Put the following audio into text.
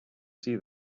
see